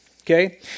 okay